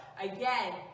again